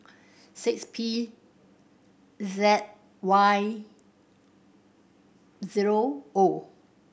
six P Z Y zero O